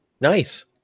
nice